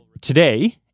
today